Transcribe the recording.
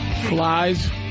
Flies